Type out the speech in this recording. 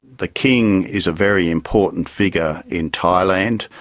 the king is a very important figure in thailand,